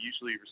usually